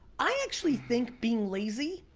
i actually think being lazy